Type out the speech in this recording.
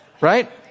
right